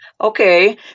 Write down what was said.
Okay